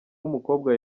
w’umukobwa